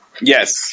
Yes